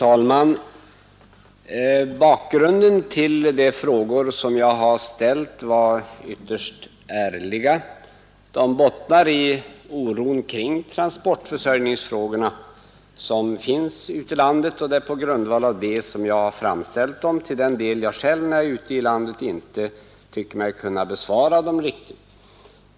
Fru talman! De frågor som jag här ställt är ytterst ärliga och bottnar i den oro för transportförsörjningen som råder ute i landet. Den oron har varit orsaken till att jag frågat om sådant som jag tyckt att jag inte haft tillräcklig kännedom om när frågor ställts till mig ute i landet.